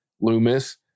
Loomis